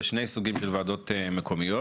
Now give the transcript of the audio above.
מכיר בשני סוגים של ועדות מקומיות.